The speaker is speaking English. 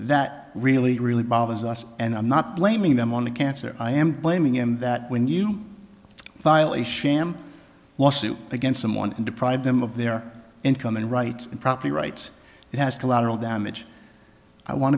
that really really bothers us and i'm not blaming them on the cancer i am blaming him that when you file a sham lawsuit against someone and deprive them of their income and rights and property rights it has collateral damage i want